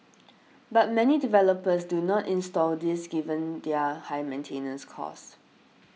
but many developers do not install these given their high maintenance costs